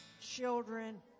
children